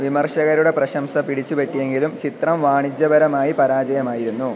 വിമർശകരുടെ പ്രശംസ പിടിച്ചു പറ്റിയെങ്കിലും ചിത്രം വാണിജ്യപരമായി പരാജയമായിരുന്നു